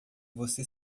você